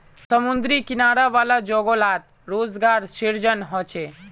समुद्री किनारा वाला जोगो लात रोज़गार सृजन होचे